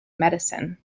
medicine